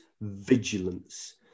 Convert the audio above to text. vigilance